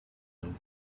him